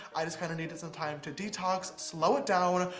i just kind of needed some time to detox, slow it down.